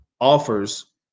offers